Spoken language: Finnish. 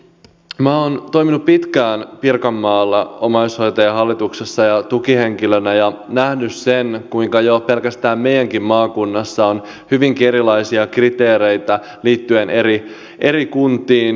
minä olen toiminut pitkään pirkanmaalla omaishoitajien hallituksessa ja tukihenkilönä ja nähnyt sen kuinka jo pelkästään meidänkin maakunnassa on hyvinkin erilaisia kriteereitä liittyen eri kuntiin